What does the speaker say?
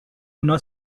اونا